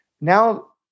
Now